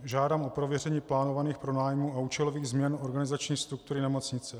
Žádám o prověření plánovaných pronájmů a účelových změn organizační struktury nemocnice.